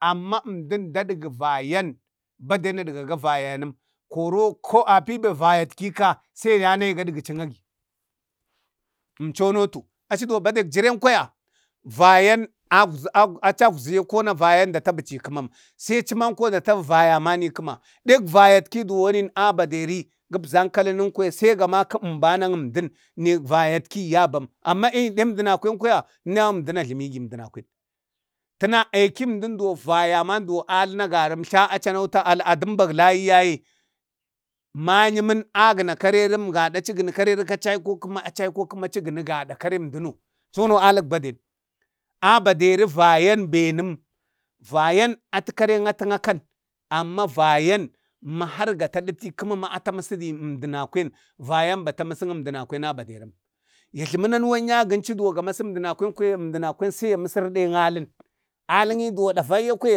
amma əmdən daɗgə vayan, baden nəɗgaga vayanəm, koro apie vayatki ka sai yanayi gagəchinagi, zmcho nəto, achiduwon badek jiren kwaya vayan achi agwze yakona vayan dətadichi i ƙaman, aɗi vayatki duwonin a baderi gabzan kala nəmkwaya sai makadi banəŋ əmdən nek vayatki yatam. Amma ayi deŋ əmdənakwenkwaya enayau əmdan ajlamigi əmdenakwen. Təna eki əndən duwon, vayaman duwon alən agarau sa achi nauta a dəmbak layi yaye manyəmən agəna karerəm, gada achi gani kareri ka achi aiko kəma, achi gənu gaɗa karem duno, sono alək baden, a baderi vayan benem, vayan atu kareŋ akan, amma vayan ma harga taditu i kəma ma ata masigi gəmsəmakwen, vayan bata məsi əmdənakwen a badirəm. Ajlami na nuwan yaye, gənchu duwon ya masi əmdənakwen sai ya məsari de alən. Aləni duwon ɗavayya kwaya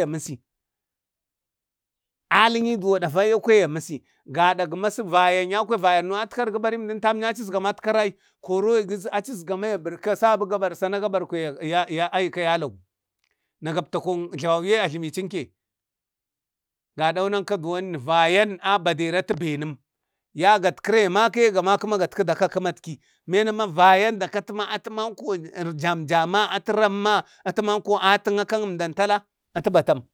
ya masi alin duwo gada gəmasə vayan yanko vayan atkəru, ga barin əmdan tam yaye achiəsga ma atatkaru ai koro achi azgama sabu ga bari, sana gabari, kwayaai ai na ya lagu na gabtakok jlawanye ajləwau ye a jlamu chinke? gadau nanka vayan a baderi atə bənəm. Yagatkəra ya makaye ga maki ma katkədi nka kəmətki, mena man vayan da katəma atəmanko jamjama ramma, atəmanko atəŋ akaŋn əmdam tala, ata batam,